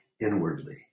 inwardly